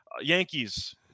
Yankees